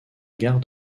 gare